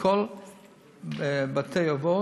בכל בתי-האבות.